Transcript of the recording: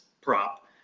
prop